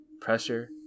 pressure